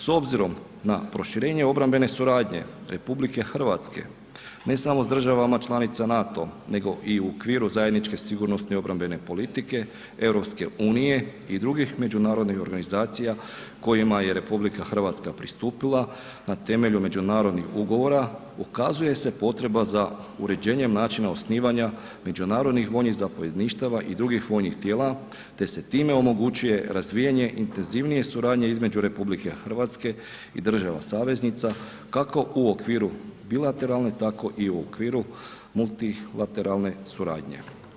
S obzirom na proširenje obrambene suradnje RH, ne samo s državama članica NATO, nego i u okviru zajedničke sigurnosne i obrambene politike EU i drugih međunarodnih organizacija kojima je RH pristupila na temelju međunarodnih ugovora, ukazuje se potreba za uređenjem načina osnivanja međunarodnih vojnih zapovjedništava i drugih vojnih tijela, te se time omogućuje razvijanje intenzivnije suradnje između RH i država saveznica, kako u okviru bilateralne, tako i u okviru multilateralne suradnje.